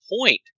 point